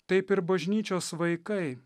taip ir bažnyčios vaikai